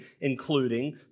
including